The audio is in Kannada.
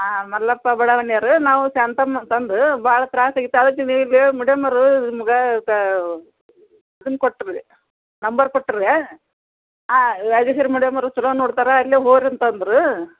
ಹಾಂ ಮಲ್ಲಪ್ಪ ಬಡಾವಣೆಯವ್ರು ನಾವು ಶಾಂತಮ್ಮ ಅಂತಂದು ಭಾಳ ತ್ರಾಸು ಆಗೈತೆ ಮೆಡೇಮರು ನಿಮ್ಗೆ ಸಾ ಇದನ್ ಕೊಟ್ಟುಬಿಡಿ ನಂಬರ್ ಕೊಟ್ರಾ ಹಾಂ ರಾಜೇಶ್ವರಿ ಮೆಡೇಮರು ಚಲೋ ನೋಡ್ತಾರೆ ಅಲ್ಲೇ ಹೋಗ್ರಿ ಅಂತಂದರು